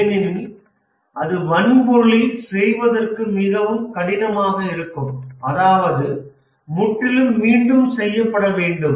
ஏனெனில் அது வன்பொருளில் செய்வதற்கு மிகவும் கடினமாக இருக்கும் அதாவது முற்றிலும் மீண்டும் செய்யப்பட வேண்டும்